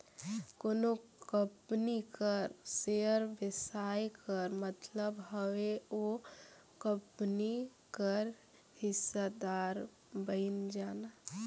कोनो कंपनी कर सेयर बेसाए कर मतलब हवे ओ कंपनी कर हिस्सादार बइन जाना